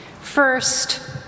First